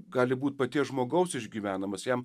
gali būt paties žmogaus išgyvenamas jam